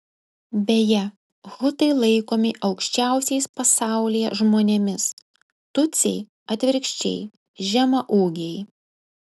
beje hutai laikomi aukščiausiais pasaulyje žmonėmis tutsiai atvirkščiai žemaūgiai